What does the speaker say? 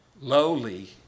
lowly